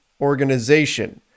organization